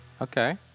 Okay